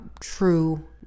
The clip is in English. true